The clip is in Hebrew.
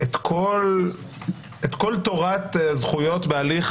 את כל תורת הזכויות בהליך